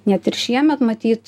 net ir šiemet matyt